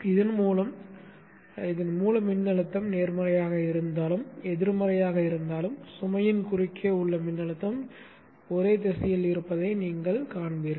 இதன் மூலம் மூல மின்னழுத்தம் நேர்மறையாக இருந்தாலும் எதிர்மறையாக இருந்தாலும் சுமையின் குறுக்கே உள்ள மின்னழுத்தம் ஒரே திசையில் இருப்பதை நீங்கள் காண்பீர்கள்